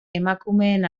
emakumeen